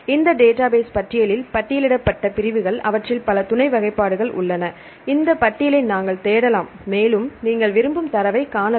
இந்த டேட்டாபேஸ் பட்டியலில் பட்டியலிடப்பட்ட பிரிவுகள் அவற்றில் பல துணை வகைப்பாடுகள் உள்ளன இந்த பட்டியலை நாங்கள் தேடலாம் மேலும் நீங்கள் விரும்பும் தரவை காணலாம்